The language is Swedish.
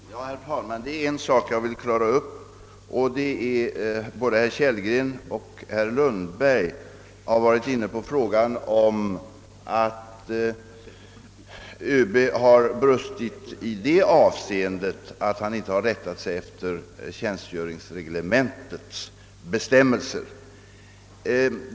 Herr talman! Det är en sak som jag vill klara upp. Både herr Kellgren och herr Lundberg har berört frågan om överbefälhavaren har brustit i det avseendet att han inte har rättat sig efter tjänstereglementets bestämmelser.